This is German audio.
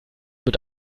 mit